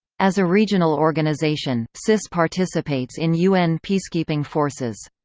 as a regional organization, cis participates in un peacekeeping forces.